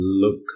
look